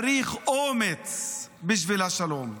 צריך אומץ בשביל השלום,